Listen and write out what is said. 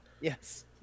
Yes